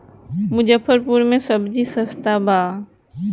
मुजफ्फरपुर में सबजी सस्ता बा